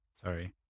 Sorry